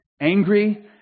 angry